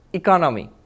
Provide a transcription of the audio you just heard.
economy